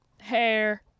hair